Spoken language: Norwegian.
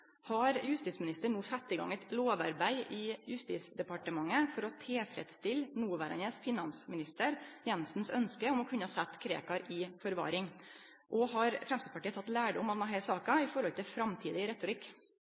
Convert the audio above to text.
Har justis- og beredskapsministeren no sett i gang eit lovarbeid i Justis- og beredskapsdepartementet for å tilfredsstille noverande finansminister Jensens ønske om å kunne setje Krekar i forvaring? Og har Framstegspartiet tatt lærdom av denne saka med tanke på framtidig retorikk?